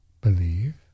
believe